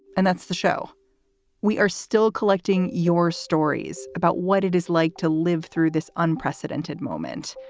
and that's the show we are still collecting your stories about what it is like to live through this unprecedented moment.